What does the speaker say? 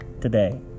today